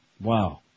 Wow